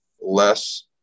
less